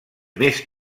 més